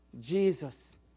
Jesus